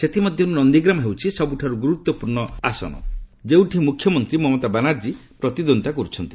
ସେଥିମଧ୍ୟରୁ ନନ୍ଦୀଗ୍ରାମ ହେଉଛି ସବୁଠାରୁ ଗୁରୁତ୍ୱପୂର୍ଣ୍ଣ ଆସନ ଯେଉଁଠି ମୁଖ୍ୟମନ୍ତ୍ରୀ ମମତା ବାନାର୍ଜୀ ପ୍ରତିଦ୍ୱନ୍ଦ୍ୱିତା କରୁଛନ୍ତି